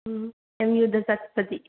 ꯎꯝ ꯑꯦꯝ ꯌꯨ ꯗ ꯆꯠꯄꯗꯤ